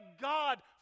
God